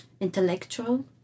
intellectual